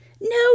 No